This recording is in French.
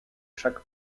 chaque